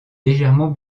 légèrement